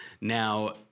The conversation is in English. Now